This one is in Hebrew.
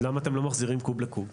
אז למה אתם לא מחזירים קוב לקוב?